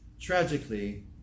Tragically